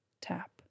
tap